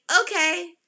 okay